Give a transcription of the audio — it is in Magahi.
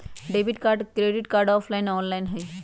Debit card credit card offline online होई?